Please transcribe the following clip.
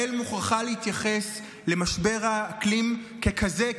ישראל מוכרחה להתייחס למשבר האקלים ככזה,